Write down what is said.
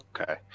Okay